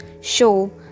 show